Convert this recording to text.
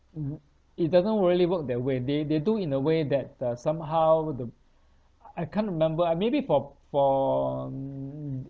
mm it doesn't really work that way they they do in a way that uh somehow the I can't remember ah maybe for for mm